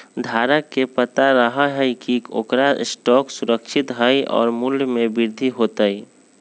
धारक के पता रहा हई की ओकर स्टॉक सुरक्षित हई और मूल्य में वृद्धि होतय